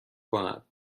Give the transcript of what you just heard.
کند